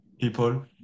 people